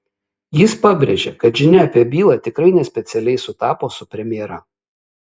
jis pabrėžė kad žinia apie bylą tikrai ne specialiai sutapo su premjera